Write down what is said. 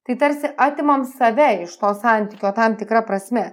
tai tarsi atimam save iš to santykio tam tikra prasme